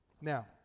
Now